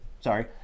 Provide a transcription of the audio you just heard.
sorry